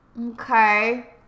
Okay